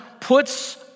puts